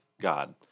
God